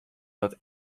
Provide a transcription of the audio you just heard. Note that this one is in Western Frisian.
dat